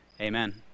Amen